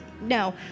no